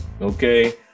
okay